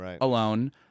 alone